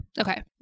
Okay